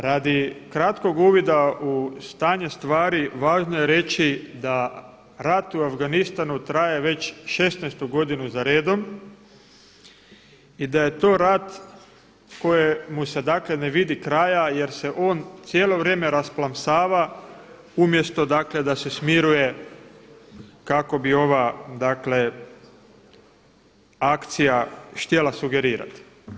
Radi kratkog uvida u stanje stvari važno je reći da rat u Afganistanu traje već 16.tu godinu za redom i da je to rat kojemu se dakle ne vidi kraja jer se on cijelo vrijeme rasplamsava umjesto dakle da se smiruje kako bi ova akcija htjela sugerirati.